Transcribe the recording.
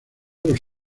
los